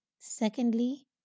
Secondly